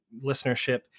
listenership